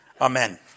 Amen